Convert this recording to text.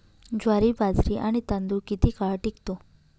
ज्वारी, बाजरी आणि तांदूळ किती काळ टिकतो?